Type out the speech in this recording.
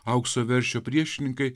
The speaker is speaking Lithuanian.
aukso veršio priešininkai